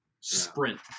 Sprint